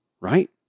right